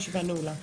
הישיבה נעולה.